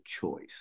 choice